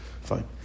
Fine